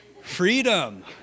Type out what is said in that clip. freedom